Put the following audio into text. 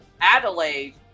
Adelaide